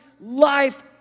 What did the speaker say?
life